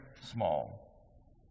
small